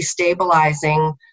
destabilizing